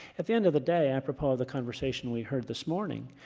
at the end of the day, apropos of the conversation we heard this morning,